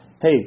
hey